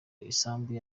isambu